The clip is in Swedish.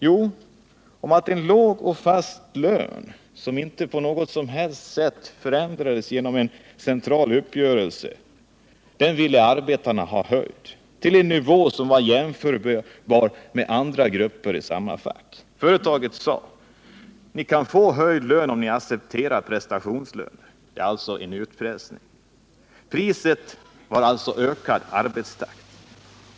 Jo, arbetarna ville höja en låg och fast lön —- som inte på något som helst sätt förändrades genom en central uppgörelse — till en nivå som var jämförbar med lönenivån för andra grupper i samma fack. Från företagets sida sade man: Ni kan få höjd lön om ni accepterar prestationslön. Det handlade alltså om utpressning. Priset var ökad arbetstakt.